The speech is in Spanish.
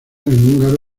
húngaro